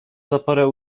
zaporę